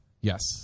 Yes